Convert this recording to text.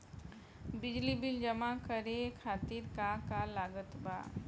बिजली बिल जमा करे खातिर का का लागत बा?